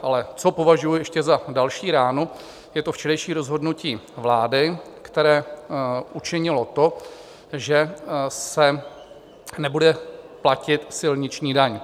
Ale co považuji ještě za další ránu, je včerejší rozhodnutí vlády, které učinilo to, že se nebude platit silniční daň.